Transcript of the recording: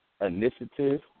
initiative